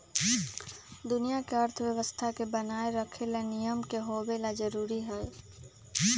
दुनिया के अर्थव्यवस्था के बनाये रखे ला नियम के होवे ला जरूरी हई